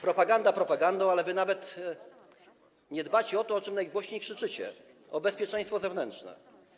Propaganda propagandą, ale wy nawet nie dbacie o to, o czym najgłośniej krzyczycie, o bezpieczeństwo zewnętrzne.